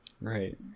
Right